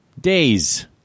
Days